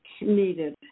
needed